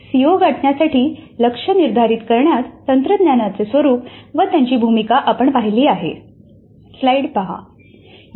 CO गाठण्यासाठी लक्ष्य निर्धारित करण्यात तंत्रज्ञानाचे स्वरूप व त्यांची भूमिका आपण पाहिली आहे